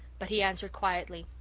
but he answered quietly.